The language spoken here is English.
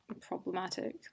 Problematic